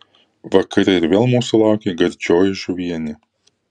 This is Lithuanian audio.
vakare ir vėl mūsų laukė gardžioji žuvienė